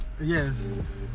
Yes